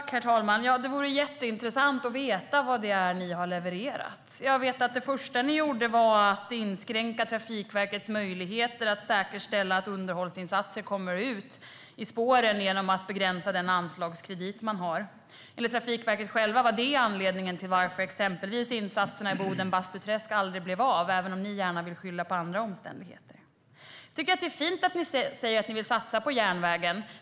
Herr talman! Det vore jätteintressant att veta vad det är ni har levererat. Jag vet att det första ni gjorde var att inskränka Trafikverkets möjligheter att säkerställa att underhållsinsatser kommer ut i spåren genom att begränsa den anslagskredit man har. Enligt Trafikverket självt var det anledningen till att exempelvis insatserna i Boden och Bastuträsk aldrig blev av, även om ni gärna vill skylla på andra omständigheter. Jag tycker att det är fint att ni säger att ni vill satsa på järnvägen.